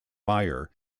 meyer